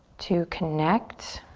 to connect